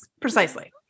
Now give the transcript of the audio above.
precisely